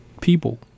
people